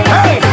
Hey